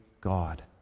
God